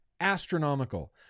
astronomical